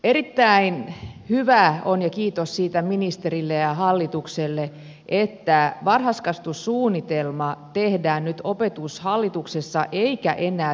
erittäin hyvä on ja kiitos siitä ministerille ja hallitukselle että varhaiskasvatussuunnitelma tehdään nyt opetushallituksessa eikä enää thlssä